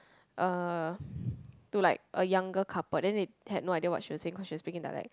uh to like a younger couple then they had no idea what she was saying cause she was speaking dialect